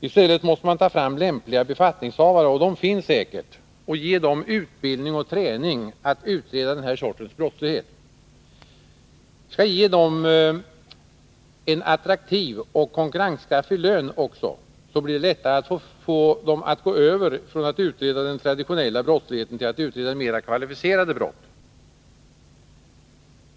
I stället måste man ta fram lämpliga befattningshavare — och de finns säkert — och ge dem utbildning och träning i att utreda den här sortens brottslighet. Ge dem en attraktiv och konkurrenskraftig lön, så blir det lättare att få dem att gå över från att utreda den traditionella brottsligheten till att utreda mera kvalificerade brott.